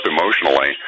emotionally